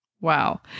Wow